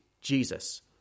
Jesus